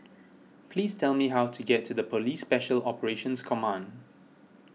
please tell me how to get to the Police Special Operations Command